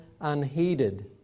unheeded